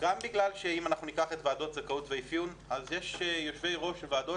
גם בגלל שאם ניקח את ועדות הזכאות והאפיון אז יש יושבי ראש ועדות